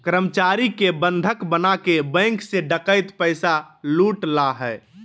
कर्मचारी के बंधक बनाके बैंक से डकैत पैसा लूट ला हइ